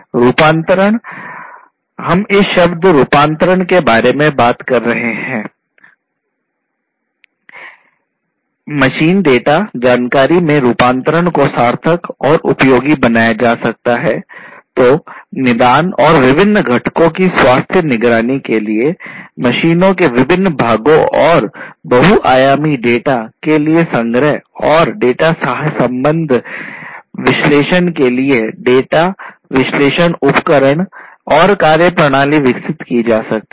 रूपांतरण हम इस शब्द रूपांतरण विश्लेषण के लिए डेटा विश्लेषण उपकरण और कार्यप्रणाली विकसित की जा सकती है